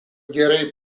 gerai